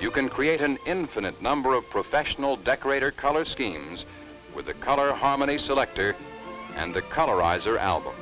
you can create an infinite number of professional decorator color schemes with a color harmony selector and the color eyes are album